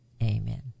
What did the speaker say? Amen